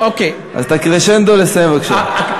אז את הקרשנדו לסיים בבקשה.